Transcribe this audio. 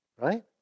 right